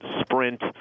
Sprint